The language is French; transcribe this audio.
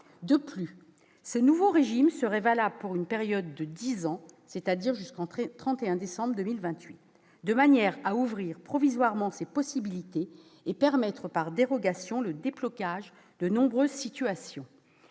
De plus, ce nouveau régime serait valable pour une période de dix ans, c'est-à-dire jusqu'au 31 décembre 2028, de manière à ouvrir provisoirement ces possibilités et à permettre par dérogation le déblocage de nombreuses situations.